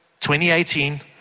2018